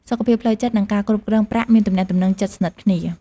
សុខភាពផ្លូវចិត្ត និងការគ្រប់គ្រងប្រាក់មានទំនាក់ទំនងជិតស្និទ្ធគ្នា។